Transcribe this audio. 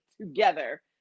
together